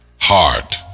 heart